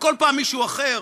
וכל פעם מישהו אחר,